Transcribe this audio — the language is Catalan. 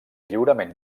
lliurament